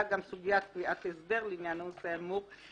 גם סוגיית קביעת הסדר לעניין הנושא האמור,